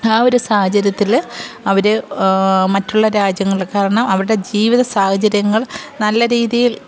ആ ഒരു സാഹചര്യത്തിൽ അവർ മറ്റുള്ള രാജ്യങ്ങൾക്കാണ് അവരുടെ ജീവിത സാഹചര്യങ്ങൾ നല്ല രീതിയിൽ